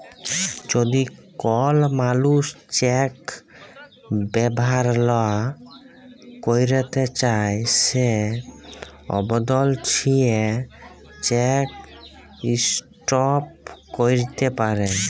যদি কল মালুস চ্যাক ব্যাভার লা ক্যইরতে চায় সে আবদল দিঁয়ে চ্যাক ইস্টপ ক্যইরতে পারে